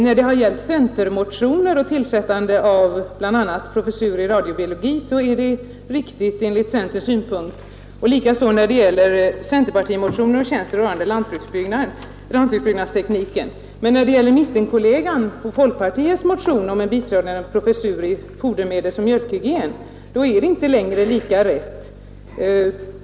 När det föreligger centermotioner är det enligt centerpartiets synsätt riktigt att riksdagen tillsätter tjänster — det gäller motionen om en professur i radiobiologi, lika väl som motionen om inrättande av tjänster rörande lantbrukets byggnadsteknik — men när det gäller mittenkollegan, folkpartiets, motion om en biträdande professur i fodermedelsoch mjölkhygien är det inte längre lika rätt.